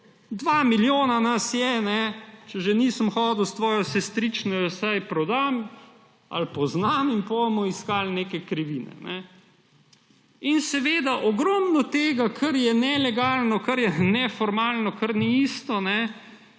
2 milijona nas je, če že nisem hodil s tvojo sestrično, jo vsaj poznam in potem bomo iskali neke krivine. In seveda, ogromno tega, kar je nelegalno, kar je neformalno, kar ni isto,